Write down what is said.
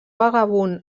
vagabund